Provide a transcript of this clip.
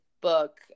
book